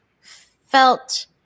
felt